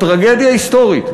טרגדיה היסטורית,